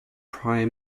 prior